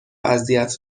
اذیت